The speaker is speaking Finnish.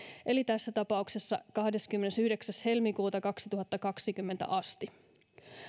eli tässä tapauksessa kahdeskymmenesyhdeksäs helmikuuta kaksituhattakaksikymmentä asti